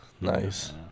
nice